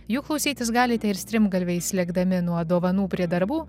jų klausytis galite ir strimgalviais lėkdami nuo dovanų prie darbų